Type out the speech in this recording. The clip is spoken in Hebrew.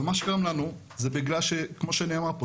אבל מה שגרם לנו זה בגלל מה שנאמר פה.